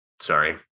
Sorry